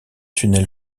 tunnel